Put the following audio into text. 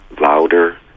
louder